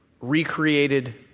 recreated